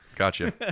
Gotcha